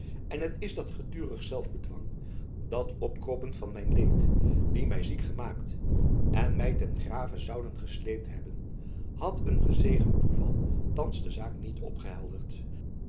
en het is dat gedurig zelfbedwang dat opkroppen van mijn leed die my ziek gemaakt en my ten grave zouden gesleept hebben had een gezegend toeval thands de zaak niet opgehelderd